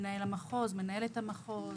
עם מנהל ומנהלת המחוז,